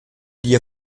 dir